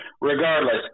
regardless